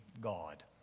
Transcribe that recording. God